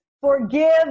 forgive